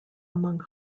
among